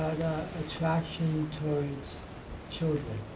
attraction towards children.